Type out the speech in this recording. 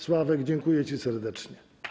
Sławek, dziękuję ci serdecznie.